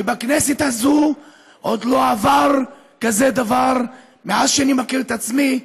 ובכנסת הזו עוד לא עבר כזה דבר מאז שאני מכיר את עצמי,